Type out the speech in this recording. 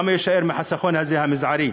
כמה יישאר מהחיסכון הזה המזערי.